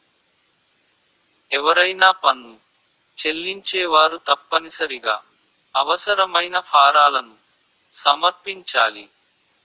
ఎవరైనా పన్ను చెల్లించేవారు తప్పనిసరిగా అవసరమైన ఫారాలను సమర్పించాలి